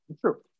True